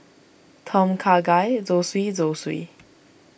Tom Kha Gai Zosui Zosui